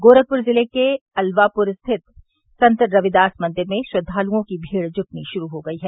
गोरखपुर जिले के अलवापुर स्थित संत रविदास मंदिर में श्रद्वालुओं की भीड़ जुटनी शुरू हो गयी है